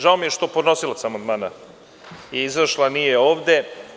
Žao mi je što je podnosilac amandmana izašla, nije ovde.